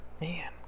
Man